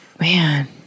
Man